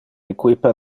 equipa